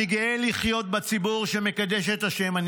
אני פשוט קופץ כי אין לי זמן: "אני גאה לחיות בציבור שמקדש את השם,